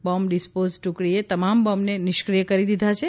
bomb dispose ટૂકડીએ તમામ બોમ્બને નિષ્ઠિય કરી દીધા છે